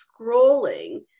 scrolling